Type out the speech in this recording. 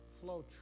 flow